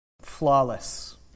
flawless